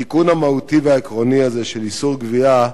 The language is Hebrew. התיקון המהותי והעקרוני הזה, של איסור גבייה,